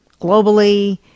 globally